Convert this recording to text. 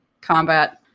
combat